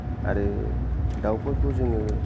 आरो दाउफोरखौ जोङो